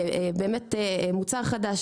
מוצר חדש,